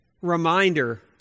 reminder